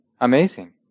amazing